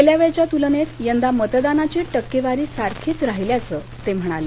गेल्या वेळच्या तुलनेत यंदा मतदानाची टक्केवारी सारखीच राहिल्याच ते म्हणाले